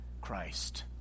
Christ